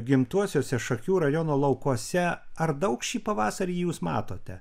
gimtuosiuose šakių rajono laukuose ar daug šį pavasarį jūs matote